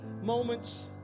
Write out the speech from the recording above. moments